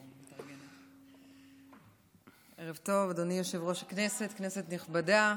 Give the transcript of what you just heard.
ערב טוב, אדוני יושב-ראש הישיבה, כנסת נכבדה.